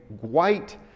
white